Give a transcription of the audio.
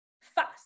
fast